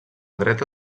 dreta